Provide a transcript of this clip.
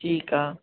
ठीकु आहे